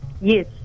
yes